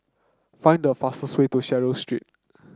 find the fastest way to Swallow Street